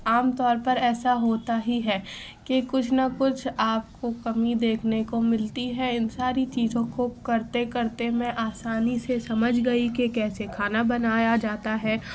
عام طور پر ایسا ہوتا ہی ہے کہ کچھ نہ کچھ آپ کو کمی دیکھنے کو ملتی ہے ان ساری چیزوں کو کرتے کرتے میں آسانی سے سمجھ گئی کہ کیسے کھانا بنایا جاتا ہے